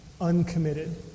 uncommitted